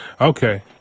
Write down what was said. Okay